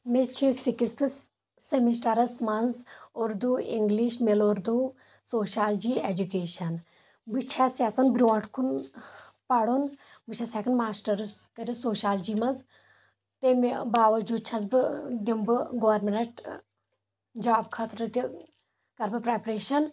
مےٚ چھ sixth semesters منٛز اردوٗ اِنگلش مِل اردوٗ سوشالجی اٮ۪جوٗکیشن بہٕ چھس یژھان برٛونٛٹھ کُن پرُن بہٕ چھس ہٮ۪کان ماشٹٕرس کٔرتھ سوشالجی منٛز تمہِ باوجوٗد چھس بہٕ دِم بہٕ گورمنٹ جاب خٲطرٕ تہِ کرٕ بہٕ پریپریشن